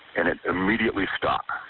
and it immediately stop.